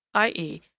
i e.